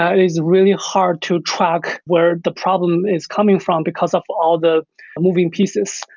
um it is really hard to track where the problem is coming from because of all the moving pieces.